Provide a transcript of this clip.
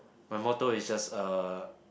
my motto is just uh